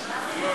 פּארן?